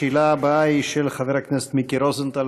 השאלה הבאה היא של חבר הכנסת מיקי רוזנטל.